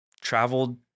traveled